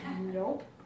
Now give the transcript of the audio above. Nope